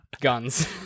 guns